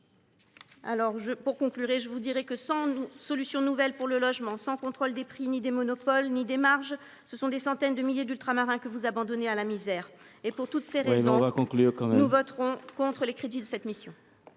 faut conclure. Sans solution nouvelle pour le logement, sans contrôle ni des prix, ni des monopoles, ni des marges, ce sont des centaines de milliers d’Ultramarins que vous abandonnez à la misère ! Je vous prie de conclure. Pour toutes ces raisons, nous voterons contre les crédits de cette mission.